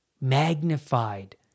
magnified